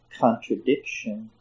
contradiction